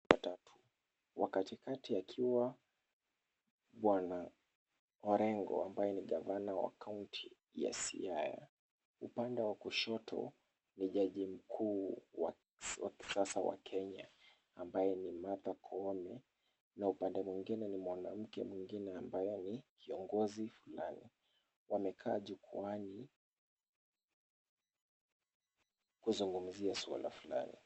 Watatu, wa katikati akiwa bwana Orengo ambaye ni gavana wa kaunti ya Siaya. Upande wa kushoto ni jaji mkuu wa kisasa wa Kenya ambaye ni Martha Koome. Na upande mwingine ni mwanamke mwingine ambaye ni kiongozi fulani. Wamekaa jukwaani kuzungumzia swala fulani.